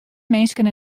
minsken